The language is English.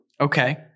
Okay